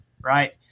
right